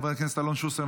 חבר הכנסת אלון שוסטר,